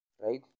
right